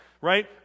right